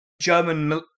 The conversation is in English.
German